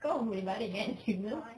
kau pun boleh baring kan